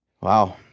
wow